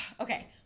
okay